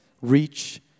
Reach